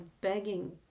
begging